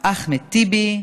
אחמד טיבי,